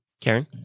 Karen